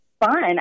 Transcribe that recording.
fun